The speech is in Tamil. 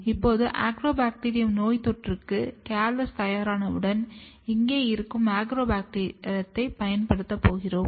இப்போது அக்ரோபாக்டீரியம் நோய்த்தொற்றுக்கு கேலஸ் தயாரானவுடன் இங்கே இருக்கும் அக்ரோபாக்டீரியத்தைப் பயன்படுத்துகிறேன்